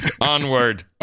onward